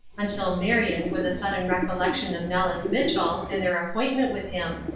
until marion, with a sudden recollection of nellis mitchell, and their appointment with him,